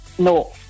No